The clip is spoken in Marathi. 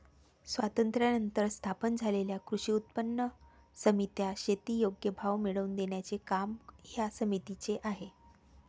स्वातंत्र्यानंतर स्थापन झालेल्या कृषी उत्पन्न पणन समित्या, शेती योग्य भाव मिळवून देण्याचे काम या समितीचे आहे